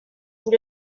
vous